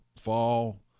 fall